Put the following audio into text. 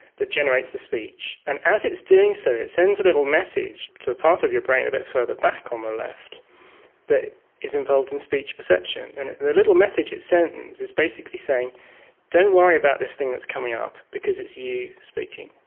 that generates the speech, and as it's doing so it sends a little message to the part of your brain a bit further back on the left that is involved in speech perception. and the little message it sends is basically saying don't worry about this thing that's coming up because it's you speaking.